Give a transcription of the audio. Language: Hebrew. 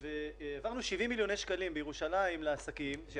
והעברנו 70 מיליוני שקלים לעסקים בירושלים